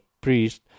priest